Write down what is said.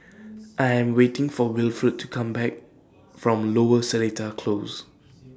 I Am waiting For Wilfred to Come Back from Lower Seletar Close